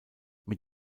mit